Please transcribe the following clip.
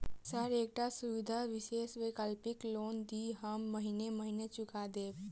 Sir एकटा सुविधा विशेष वैकल्पिक लोन दिऽ हम महीने महीने चुका देब?